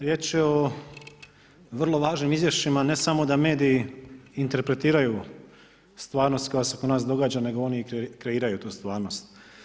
Riječ je o vrlo važnim izvješćima ne samo da mediji interpretiraju stvarnost koja se kod nas događa nego oni i kreiraju tu stvarnost.